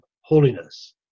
holiness